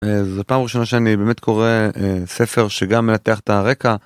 זה פעם ראשונה שאני באמת קורא ספר שגם מנתח את הרקע.